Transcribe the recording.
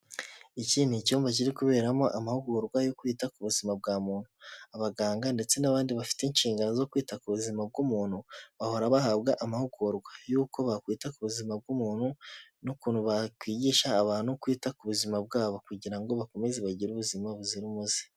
Iki ni icyumba kiri kuberamo amahugurwa yo kwita ku buzima bwa muntu, abaganga ndetse n'abandi bafite inshingano zo kwita ku buzima bw'umuntu, bahora bahabwa amahugurwa y'uko bakwita ku buzima bw'umuntu n'ukuntu bakwigisha abantu kwita ku buzima bwabo kugira ngo bakomeze bagire ubuzima buzira umuze.